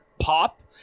pop